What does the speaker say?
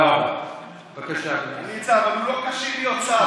חבר הכנסת בן גביר, הם צועקים, אבל,